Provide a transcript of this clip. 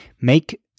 Make